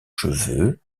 cheveux